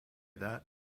that